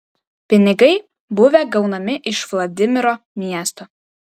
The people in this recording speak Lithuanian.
pinigai buvę gaunami iš vladimiro miesto